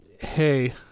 hey